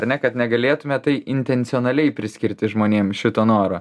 ar ne kad negalėtume tai intencionaliai priskirti žmonėm šito noro